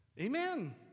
Amen